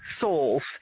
souls